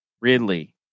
Ridley